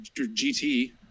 GT